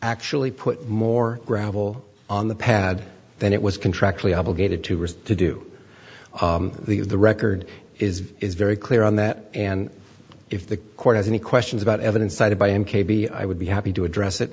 actually put more gravel on the pad than it was contractually obligated to risk to do the the record is is very clear on that and if the court has any questions about evidence cited by m k b i would be happy to address it